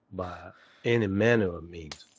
by any manner of means,